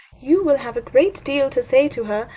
you will have a great deal to say to her,